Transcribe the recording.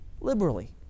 liberally